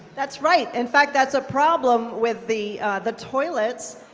that's right. in fact, that's a problem with the the toilets,